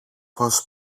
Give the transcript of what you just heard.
πως